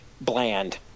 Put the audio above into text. bland